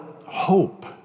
hope